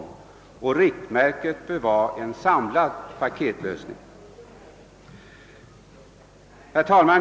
Riktmärket bör vara en samlad paketlösning på området. Herr talman!